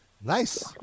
Nice